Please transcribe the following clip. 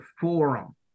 forum